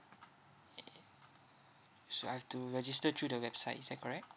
K so I've to register through the website is that correct